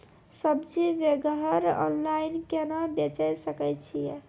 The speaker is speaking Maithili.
सब्जी वगैरह ऑनलाइन केना बेचे सकय छियै?